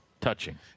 touching